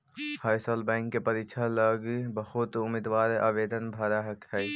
हर साल बैंक के परीक्षा लागी बहुत उम्मीदवार आवेदन पत्र भर हई